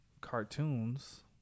cartoons